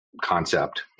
concept